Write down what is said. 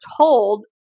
told